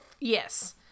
Yes